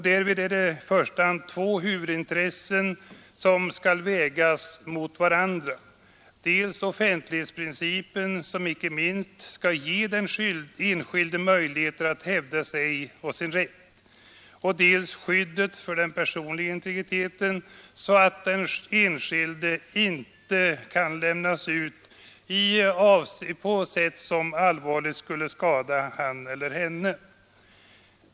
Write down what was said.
Därvid är det i första hand två huvudintressen som skall vägas mot varandra: dels är det offentlighetsprincipen som icke minst skall ge den enskilde möjligheter att hävda sig och sin rätt, dels skyddet för den personliga integriteten så att den enskilde inte lämnas ut på sätt som allvarligt skulle skada honom eller henne.